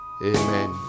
Amen